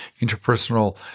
interpersonal